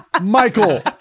Michael